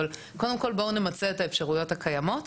אבל קודם כל בואו נמצה את האפשרויות הקיימות.